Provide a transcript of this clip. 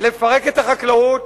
לפרק את החקלאות?